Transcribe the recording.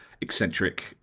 eccentric